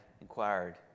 inquired